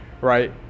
right